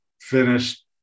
finished